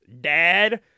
Dad